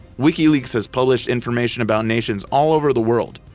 wikileaks has published information about nations all over the world,